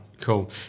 cool